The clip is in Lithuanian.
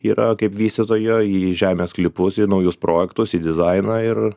yra kaip vystytojo į žemės sklypus į naujus projektus į dizainą ir